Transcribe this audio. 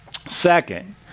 Second